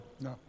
No